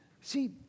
See